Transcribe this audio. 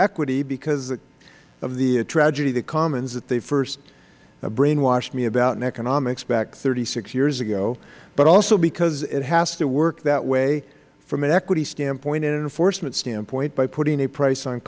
equity because of the tragedy of the commons that they first brainwashed me about in economics back thirty six years ago but also because it has to work that way from an equity standpoint and an enforcement standpoint by putting a price on